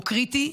הוא קריטי,